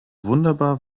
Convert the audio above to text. wunderbar